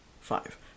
five